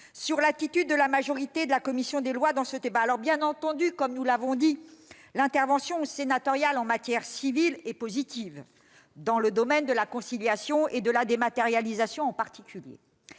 sur l'attitude de la majorité de la commission des lois dans ce débat. Bien entendu, comme nous l'avons souligné, l'intervention sénatoriale en matière civile est positive, en particulier dans le domaine de la conciliation et de la dématérialisation. Mais elle